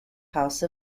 house